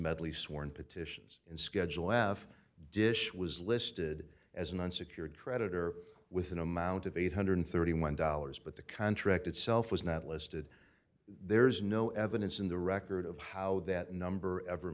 medley sworn petitions in schedule have dish was listed as an unsecured creditor with an amount of eight hundred and thirty one dollars but the contract itself was not listed there's no evidence in the record of how that number ever